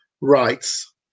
rights